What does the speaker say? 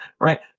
Right